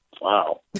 Wow